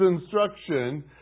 instruction